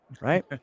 right